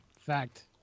fact